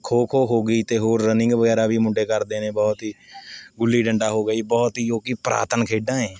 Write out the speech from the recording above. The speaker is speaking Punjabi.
ਖੋ ਖੋ ਹੋ ਗਈ ਅਤੇ ਹੋਰ ਰਨਿੰਗ ਵਗੈਰਾ ਵੀ ਮੁੰਡੇ ਕਰਦੇ ਨੇ ਬਹੁਤ ਹੀ ਗੁੱਲੀ ਡੰਡਾ ਹੋ ਗਿਆ ਜੀ ਬਹੁਤ ਹੀ ਜੋ ਕਿ ਪੁਰਾਤਨ ਖੇਡਾਂ ਏ